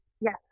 Yes